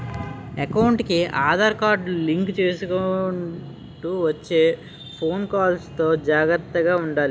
ఎకౌంటుకి Aadhaar card link చేసుకొండంటూ వచ్చే ఫోను కాల్స్ తో జాగర్తగా ఉండాలి